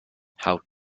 how